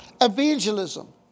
Evangelism